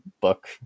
book